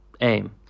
aim